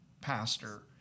pastor